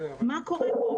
מה קורה פה,